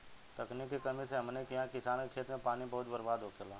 तकनीक के कमी से हमनी किहा किसान के खेत मे पानी बहुत बर्बाद होखेला